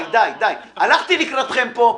הלכתי לקראתכם פה.